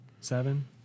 seven